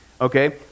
Okay